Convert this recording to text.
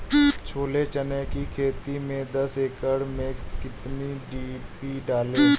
छोले चने की खेती में दस एकड़ में कितनी डी.पी डालें?